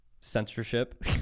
censorship